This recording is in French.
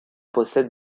possède